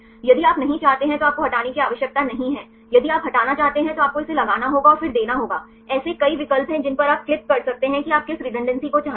यदि आप नहीं चाहते हैं तो आपको हटाने की आवश्यकता नहीं है यदि आप हटाना चाहते हैं तो आपको इसे लगाना होगा और फिर देना होगा ऐसे कई विकल्प हैं जिन पर आप क्लिक कर सकते हैं कि आप किस रिडण्डेंसी को चाहते हैं